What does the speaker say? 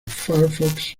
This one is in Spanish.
firefox